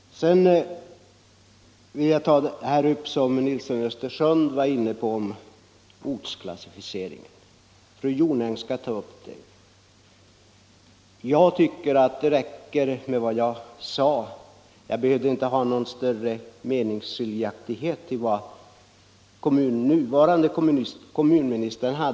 Sedan vill jag ta upp vad herr Nilsson i Östersund sade om ortsklassificeringen — fru Jonäng kommer sedan att ytterligare beröra den saken. Jag tycker att det härvidlag räcker med vad jag tidigare sade, nämligen att jag hade i stort sett samma uppfattning som den nuvarande kommunministern.